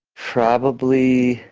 probably,